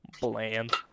bland